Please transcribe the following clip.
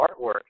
artwork